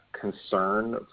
concern